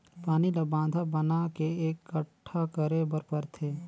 पानी ल बांधा बना के एकटठा करे बर परथे